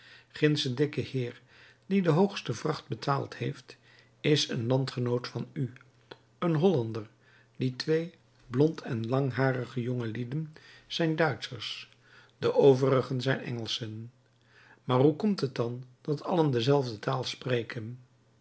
gindsche dikke heer die de hoogste vracht betaald heeft is een landgenoot van u een hollander die twee blond en langharige jongelieden zijn duitschers de overigen zijn engelschen maar hoe komt het dan dat allen dezelfde taal spreken